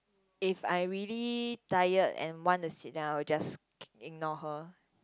if I really tired and want the seat then I will just c~ ignore her